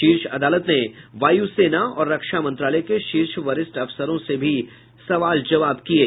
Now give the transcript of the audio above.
शीर्ष अदालत ने वायु सेना और रक्षा मंत्रालय के शीर्ष वरिष्ठ अफसरों से भी सवाल जबाव किये